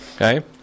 Okay